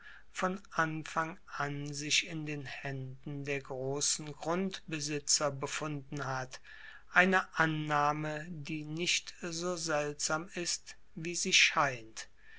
von anfang an sich in den haenden der grossen grundbesitzer befunden hat eine annahme die nicht so seltsam ist wie sie scheint